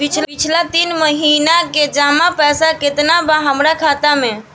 पिछला तीन महीना के जमा पैसा केतना बा हमरा खाता मे?